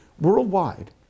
worldwide